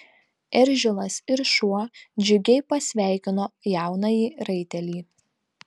eržilas ir šuo džiugiai pasveikino jaunąjį raitelį